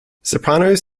sopranos